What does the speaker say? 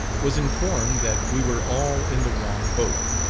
was informed that we were all in the wrong boat.